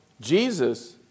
Jesus